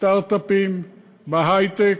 סטרט-אפים בהיי-טק.